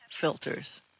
filters